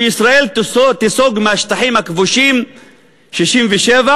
שישראל תיסוג מהשטחים הכבושים ב-1967,